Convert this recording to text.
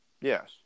Yes